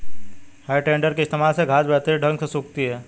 है टेडर के इस्तेमाल से घांस बेहतर ढंग से सूखती है